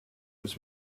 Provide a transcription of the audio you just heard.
was